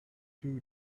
two